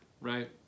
Right